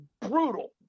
brutal